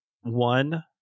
one